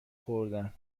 خوردن